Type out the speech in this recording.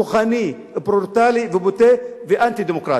כוחני, ברוטלי ובוטה ואנטי-דמוקרטי.